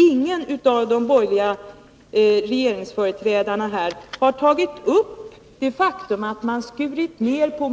Ingen av de borgerliga regeringsföreträdarna har tagit upp det faktum att man har skurit ned med